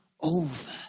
over